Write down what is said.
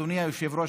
אדוני היושב-ראש,